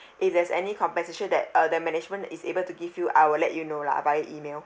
if there's any compensation that uh that management is able to give you I will let you know lah via email